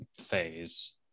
phase